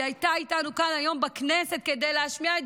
היא איתנו כאן היום בכנסת כדי להשמיע את